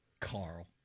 Carl